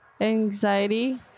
anxiety